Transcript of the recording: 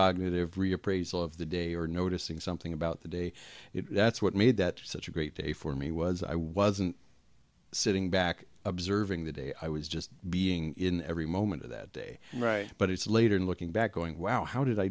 reappraisal of the day or noticing something about the day that's what made that such a great day for me was i wasn't sitting back observing the day i was just being in every moment of that day right but it's later looking back going wow how did i